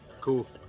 Cool